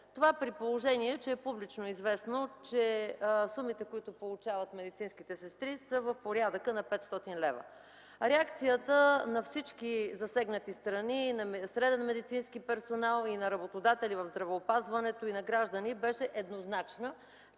Това при положение, че е публично известно, че сумите, които получават медицинските сестри, са в порядъка на 500 лв. Реакцията на всички засегнати страни – и на среден медицински персонал, и на работодатели в здравеопазването, и на граждани, беше еднозначна,